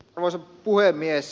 arvoisa puhemies